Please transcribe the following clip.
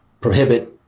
prohibit